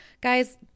guys